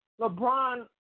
LeBron